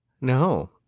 No